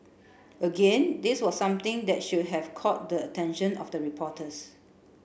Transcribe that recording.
again this was something that should have caught the attention of the reporters